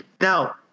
Now